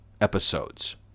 episodes